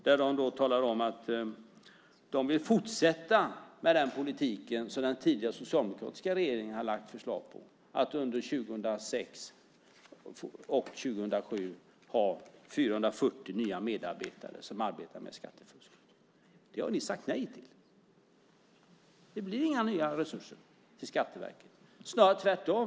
Där säger de att de vill fortsätta att arbeta utifrån den politik som den tidigare socialdemokratiska regeringen lagt fram förslag om och som innebär att de under 2006 och 2007 får 440 nya medarbetare som arbetar med frågor som rör skattefusket. Det har ni sagt nej till. Det blir inga nya resurser till Skatteverket, snarare tvärtom.